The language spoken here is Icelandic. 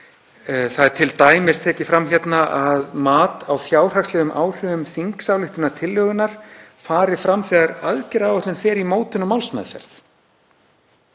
Það er t.d. tekið fram hérna að mat á fjárhagslegum áhrifum þingsályktunartillögunnar fari fram þegar aðgerðaáætlun fer í mótun og málsmeðferð.